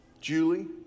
Julie